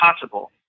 possible